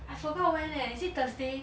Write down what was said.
I forgot already when leh is it thursday